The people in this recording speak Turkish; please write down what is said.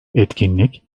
etkinlik